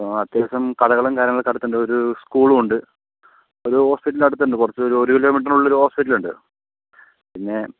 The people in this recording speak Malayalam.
ഇപ്പം അത്യാവശ്യം കടകളും കാര്യങ്ങളൊക്കെ അടുത്തുണ്ട് ഒരു സ്കൂളും ഉണ്ട് ഒരു ഹോസ്പിറ്റൽ അടുത്തുണ്ട് കുറച്ചൊരു ഒരു കിലോ മീറ്ററിനുള്ളിൽ ഒരു ഹോസ്പിറ്റലുണ്ട് പിന്നെ